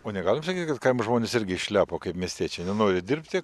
o negalim sakyt kad kaimo žmonės irgi išlepo kaip miestiečiai nenori dirbti